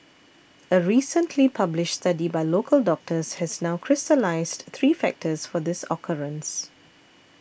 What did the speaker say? a recently published study by local doctors has now crystallised three factors for this occurrence